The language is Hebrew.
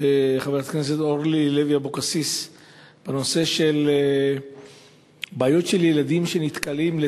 חברת הכנסת אורלי לוי אבקסיס בנושא של ילדים שנתקלים,